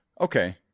Okay